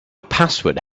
password